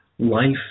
life